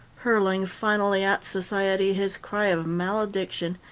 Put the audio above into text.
hurling finally at society his cry of malediction.